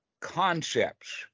concepts